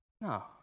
No